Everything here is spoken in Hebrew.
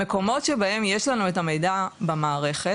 במקומות שבהם יש לנו את המידע במערכת,